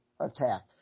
attack